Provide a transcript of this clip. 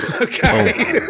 Okay